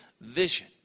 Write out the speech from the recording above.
vision